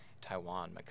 Taiwan